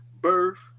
birth